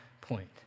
point